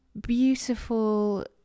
beautiful